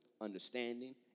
understanding